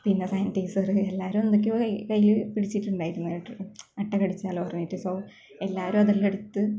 പിന്നെ സാനിറ്റയിസർ എല്ലാവരും എന്തൊക്കെയോ കൈ കൈയിൽ പിടിച്ചിട്ടുണ്ടായിരുന്നു അട്ട കടിച്ചാലോ പറഞ്ഞിട്ട് സോ എല്ലാവരും അതെല്ലാം എടുത്ത്